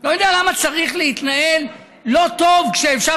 לא יודע למה צריך להתנהל לא טוב כשאפשר